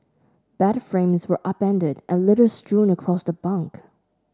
bed frames were upended and litter strewn across the bunk